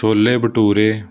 chole bhature